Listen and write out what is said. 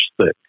thick